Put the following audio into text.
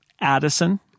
Addison